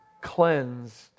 cleansed